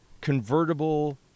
convertible